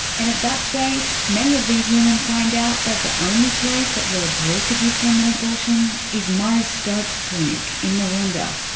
and at that stage, many of these women find out that the only place that will agree to give them an abortion is marie stopes' clinic in maroondah.